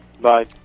Bye